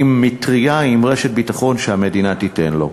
עם מטרייה, עם רשת ביטחון שהמדינה תיתן לו.